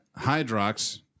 Hydrox